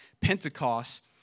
Pentecost